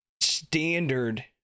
standard